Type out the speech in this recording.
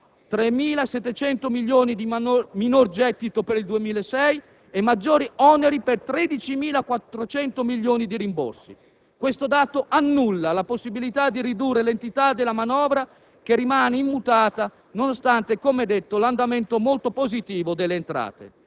3.700 milioni di euro di minor gettito per il 2006 e maggiori oneri per 13.400 milioni di euro di rimborsi. Questo dato annulla la possibilità di ridurre l'entità della manovra, che rimane immutata, nonostante, come detto, l'andamento molto positivo delle entrate.